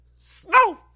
snow